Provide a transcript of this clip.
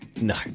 No